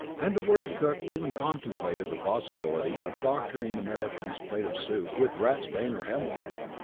and the worried cook even contemplated the possibility of doctoring the american's plate of soup with ratsbane or hemlock.